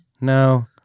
no